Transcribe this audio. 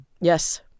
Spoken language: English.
yes